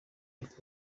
rick